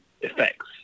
effects